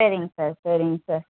சரிங்க சார் சரிங்க சார்